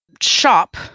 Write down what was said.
shop